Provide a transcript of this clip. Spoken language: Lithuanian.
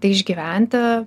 tai išgyventi